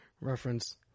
reference